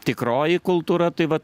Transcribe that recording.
tikroji kultūra tai va